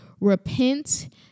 repent